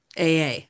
AA